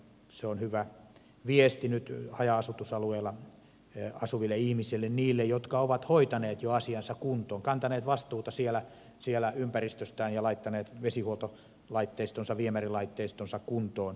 se on hyvä viesti nyt haja asutusalueilla asuville ihmisille niille jotka ovat hoitaneet jo asiansa kuntoon kantaneet vastuuta siellä ympäristöstään ja laittaneet vesihuoltolaitteistonsa viemärilaitteistonsa kuntoon